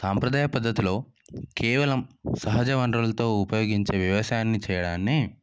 సాంప్రదాయ పద్ధతిలో కేవలం సహజ వనరులతో ఉపయోగించే వ్యవసాయాన్ని చేయడాన్ని